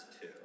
two